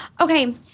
Okay